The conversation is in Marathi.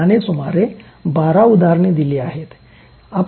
त्याने सुमारे बारा उदाहरणे दिली आहेत